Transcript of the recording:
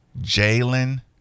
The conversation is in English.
Jalen